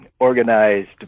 Organized